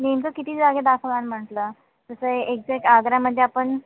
नेमकं किती जागे दाखवणार म्हटलं जसं एक्झॅक्ट आग्र्यामध्ये आपण